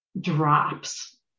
drops